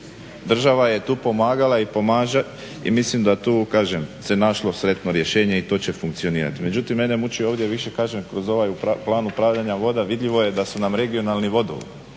Država je tu pomagala i pomaže, i mislim da tu, kažem se našlo sretno rješenje i to će funkcionirati. Međutim, mene muči ovdje više, kažem kroz ovaj plan upravljanja voda vidljivo je da su nam regionalni vodovodi,